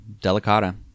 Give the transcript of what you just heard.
delicata